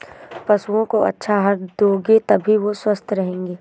पशुओं को अच्छा आहार दोगे तभी वो स्वस्थ रहेंगे